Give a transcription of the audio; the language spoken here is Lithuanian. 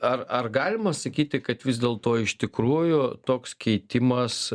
ar ar galima sakyti kad vis dėl to iš tikrųjų toks keitimas